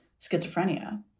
schizophrenia